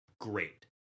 great